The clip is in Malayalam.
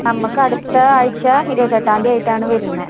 നമുക്ക് അടുത്ത ആഴ്ച്ച ഇരുപത്തെട്ടാം തി ആയിട്ടാണ് വരുന്നത്